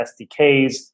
SDKs